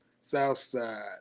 Southside